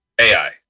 AI